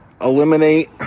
Eliminate